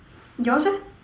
yours eh